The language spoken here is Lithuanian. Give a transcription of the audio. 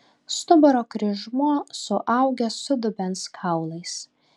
stuburo kryžmuo suaugęs su dubens kaulais